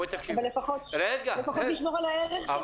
לפחות נשמור על הערך של הכסף.